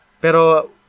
Pero